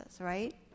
right